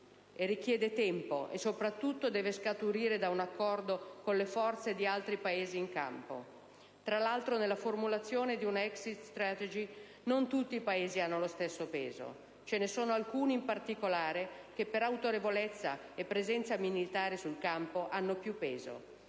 richiede tempo, e soprattutto deve scaturire da un accordo con le forze di altri Paesi in campo. Nella sua formulazione, inoltre, non tutti i Paesi hanno lo stesso peso: alcuni in particolare, per autorevolezza e presenza militare sul campo, hanno più peso.